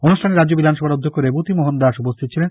অনুষ্ঠানে রাজ্য বিধানসভার অধ্যক্ষ রেবতী মোহন দাস উপস্থিত ছিলেন